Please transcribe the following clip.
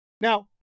Now